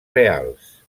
reals